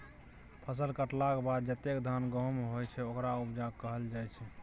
फसल कटलाक बाद जतेक धान गहुम होइ छै ओकरा उपजा कहल जाइ छै